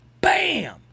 Bam